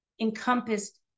encompassed